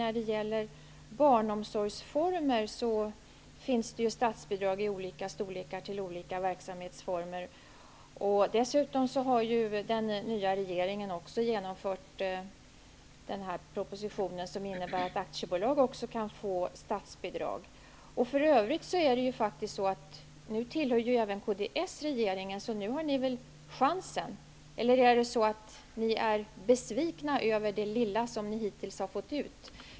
När det gäller barnomsorgsformer finns det ju statsbidrag i olika storlekar till olika verksamhetsformer. Dessutom har ju den nya regeringen lagt fram en proposition som innebär att också aktiebolag kan få statsbidrag. För övrigt tillhör ju även kds regeringen, så ni har väl chansen att påverka. Eller är det så att ni är besvikna över det lilla som ni hittills har fått ut?